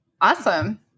Awesome